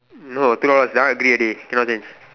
no two dollars that one agree already cannot change